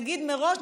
נגיד מראש,